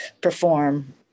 perform